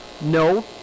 no